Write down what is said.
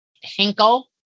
Hinkle